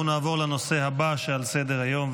אנחנו נעבור לנושא הבא על סדר-היום,